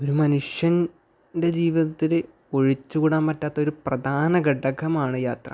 ഒരു മനുഷ്യൻ്റെ ജീവിതത്തിൽ ഒഴിച്ചു കൂടാൻ പറ്റാത്തൊരു പ്രധാന ഘടകമാണ് യാത്ര